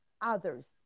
others